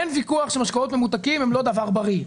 אין ויכוח שמשקאות ממותקים הם לא דבר בריא.